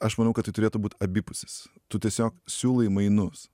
aš manau kad tai turėtų būt abipusis tu tiesiog siūlai mainus